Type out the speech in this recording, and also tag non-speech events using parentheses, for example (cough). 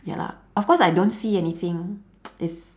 ya lah of course I don't see anything (noise) is